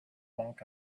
monk